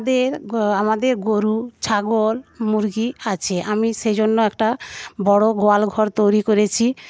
আমাদের গরু ছাগল মুরগি আছে আমি সেইজন্য একটা বড় গোয়াল ঘর তৈরী করেছি